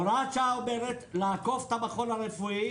הוראת שעה אומרת לעקוף את המכון הרפואי